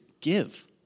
Give